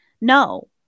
No